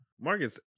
marcus